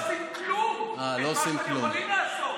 אני אומר שאתם לא עושים כלום ממה שאתם יכולים לעשות,